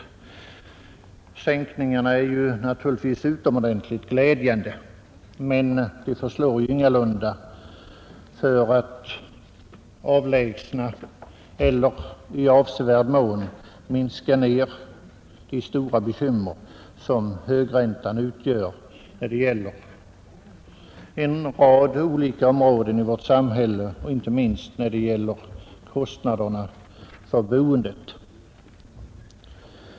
Sänkningarna är naturligtvis utomordentligt glädjande, men de förslår ing-lunda för att avlägsna eller i avsevärd mån minska de stora bekymmer som högräntan utgör på en rad olika områden i vårt samhälle, inte minst när det gäller kostnaderna för boendet.